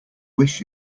wish